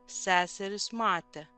seserys matė